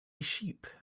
sheep